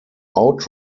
out